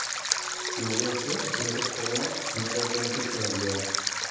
मजे से लेकर खेलना हमारे एजेंडे से हट गया